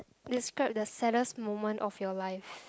describe the saddest moment of your life